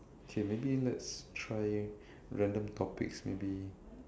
okay maybe let's try random topics maybe